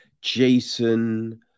Jason